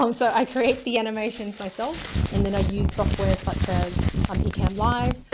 um so i create the animations myself and then i use software such as um ecamm live,